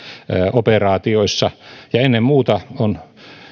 operaatioissa ja ennen muuta on